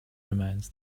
remains